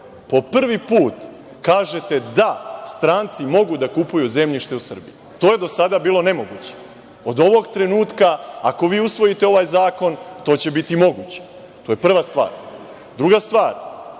po prvi put kažete – da, stranci mogu da kupuju zemljište u Srbiji. To je do sada bilo nemoguće, od ovog trenutka, ako vi usvojite ovaj zakon, to će biti moguće, to je prva stvar. Druga stvar,